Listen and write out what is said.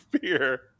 beer